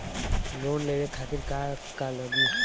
Loan लेवे खातीर का का लगी?